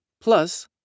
Plus